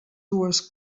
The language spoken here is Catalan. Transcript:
dues